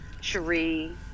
Sheree